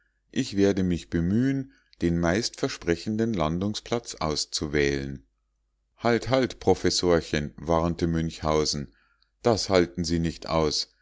ich werde mich bemühen den meistversprechenden landungsplatz auszuwählen halt halt professorchen warnte münchhausen das halten sie nicht aus